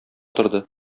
торды